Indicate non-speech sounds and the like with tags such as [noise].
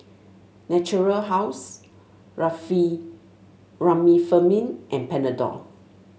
Natura House [unintelligible] Remifemin and Panadol